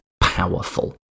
powerful